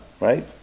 right